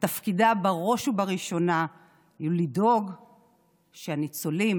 ותפקידה בראש ובראשונה הוא לדאוג שהניצולים,